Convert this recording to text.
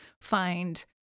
find